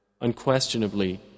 Unquestionably